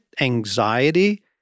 anxiety